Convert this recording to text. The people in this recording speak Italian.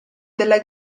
della